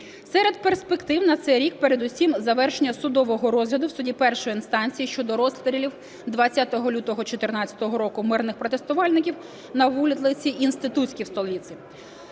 Серед перспектив на цей рік передусім завершення судового розгляду в суді першої інстанції щодо розстрілів 20 лютого 2014 року мирних протестувальників на вулиці Інститутській в столиці.